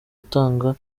atanga